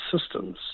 systems